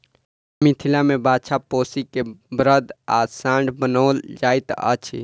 मिथिला मे बाछा पोसि क बड़द वा साँढ़ बनाओल जाइत अछि